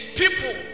people